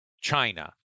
China